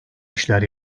işler